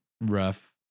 rough